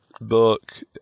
book